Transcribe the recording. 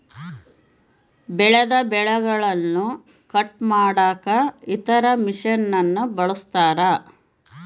ಬೆಳೆದ ಬೆಳೆಗನ್ನ ಕಟ್ ಮಾಡಕ ಇತರ ಮಷಿನನ್ನು ಬಳಸ್ತಾರ